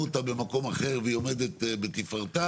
אותה במקום אחר והיא עומדת בתפארתה,